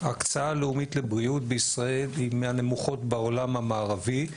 שההקצאה הלאומית לבריאות בישראל היא מהנמוכות בעולם המערבי.